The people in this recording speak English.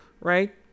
Right